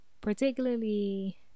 particularly